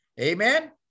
Amen